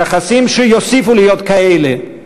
יחסים שיוסיפו להיות כאלה,